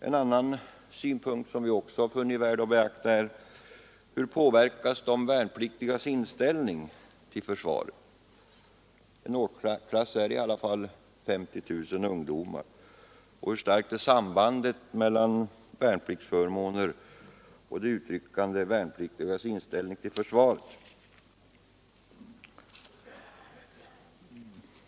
En annan fråga som vi också funnit värd att beakta är: Hur påverkas de värnpliktigas inställning till försvaret? En årsklass består av ca 50 000 ungdomar. Hur starkt är sambandet mellan värnpliktsförmåner och de utryckande värnpliktigas inställning till försvaret?